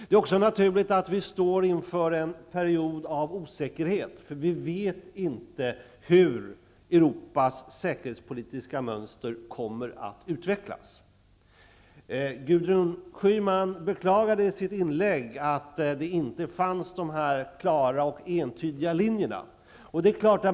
Det är också naturligt att vi står inför en period av osäkerhet, eftersom vi inte vet hur Europas säkerhetspolitiska mönster kommer att utvecklas. Gudrun Schyman beklagade i sitt anförande att några klara och entydiga linjer inte fanns.